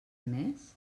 més